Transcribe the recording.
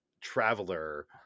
Traveler